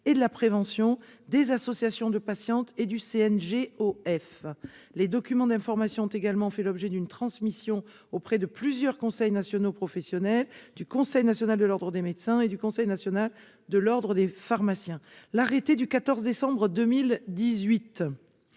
et de la prévention, des associations de patientes et du CNGOF. Les documents d'information ont également fait l'objet d'une transmission auprès de plusieurs conseils nationaux professionnels, du Conseil national de l'ordre des médecins et du Conseil national de l'ordre des pharmaciens. L'arrêté du 14 décembre 2018